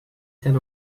tan